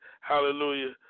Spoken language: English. hallelujah